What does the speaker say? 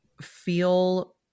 feel